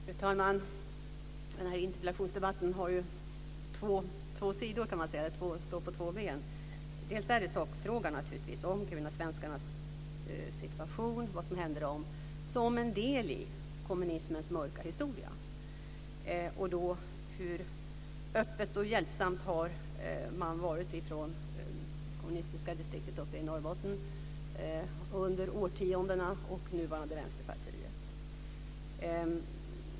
Fru talman! Den här interpellationsdebatten står på två ben. Det gäller först sakfrågan om kirunasvenskarnas situation och vad som hände dem som en del i kommunismens mörka historia. Det handlar också om hur öppen och hjälpsam man har varit från det kommunistiska distriktet uppe i Norrbotten under årtiondena och i nuvarande Vänsterpartiet.